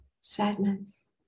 sadness